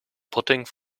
pudding